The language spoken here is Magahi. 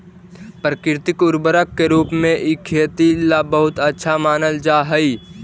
प्राकृतिक उर्वरक के रूप में इ खेती ला बहुत अच्छा मानल जा हई